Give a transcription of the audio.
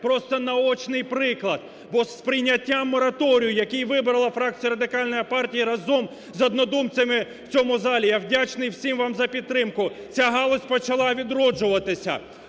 просто наочний приклад. Бо з прийняттям мораторію, який вибрала фракція Радикальна партія разом з однодумцями в цьому залі, я вдячний всім вам за підтримку, ця галузь почала відроджуватися.